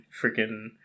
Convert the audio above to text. freaking